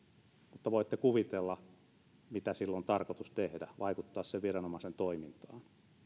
mutta voitte kuvitella mitä sillä on tarkoitus tehdä vaikuttaa sen viranomaisen toimintaan